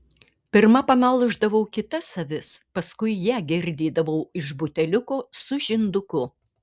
pirma pamelždavau kitas avis paskui ją girdydavau iš buteliuko su žinduku